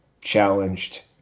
challenged